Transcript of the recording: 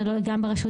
זה לא גם ---?